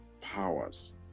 powers